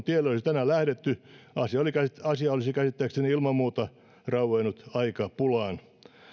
tielle olisi tänään lähdetty asia olisi käsittääkseni ilman muuta rauennut aikapulaan